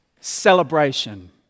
celebration